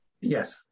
Yes